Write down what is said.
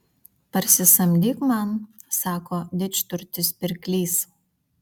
parsisamdyk man sako didžturtis pirklys